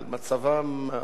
על מצבם,